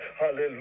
hallelujah